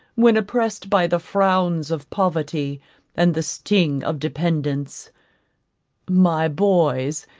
when oppressed by the frowns of poverty and the sting of dependance my boys,